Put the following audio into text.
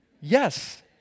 Yes